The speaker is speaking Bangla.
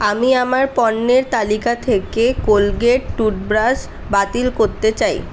আমি আমার পণ্যের তালিকা থেকে কোলগেট টুথব্রাশ বাতিল করতে চাই